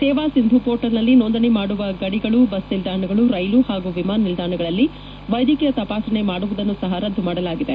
ಸೇವಾ ಸಿಂಧು ಪೋರ್ಟಲ್ನಲ್ಲಿ ನೋಂದಣಿ ಮಾಡುವ ಗಡಿಗಳು ಬಸ್ ನಿಲ್ನಾಣಗಳು ರೈಲು ಹಾಗೂ ವಿಮಾನ ನಿಲ್ದಾಣಗಳಲ್ಲಿ ವೈದ್ಯಕೀಯ ತಪಾಸಣೆ ಮಾಡುವುದನ್ನು ಸಹ ರದ್ದು ಮಾಡಲಾಗಿದೆ